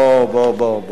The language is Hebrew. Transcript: בוא, בוא.